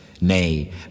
Nay